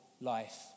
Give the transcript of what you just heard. life